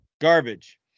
Garbage